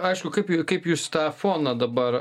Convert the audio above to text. aišku kaip i kaip jūs tą foną dabar